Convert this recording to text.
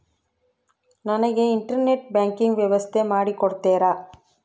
ನನಗೆ internet banking ವ್ಯವಸ್ಥೆ ಮಾಡಿ ಕೊಡ್ತೇರಾ?